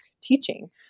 teaching